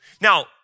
Now